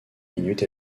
minute